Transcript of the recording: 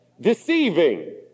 deceiving